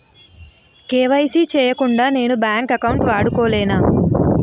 KYC చేయకుండా నేను bank account వాడుకొలేన?